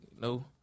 no